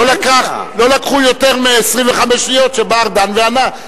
לא לקחו יותר מ-25 שניות עד שבא אדם וענה.